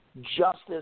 justice